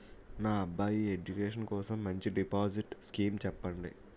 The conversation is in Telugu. నా అబ్బాయి ఎడ్యుకేషన్ కోసం మంచి డిపాజిట్ స్కీం చెప్పండి